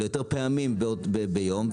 אלא יותר פעמים ביום,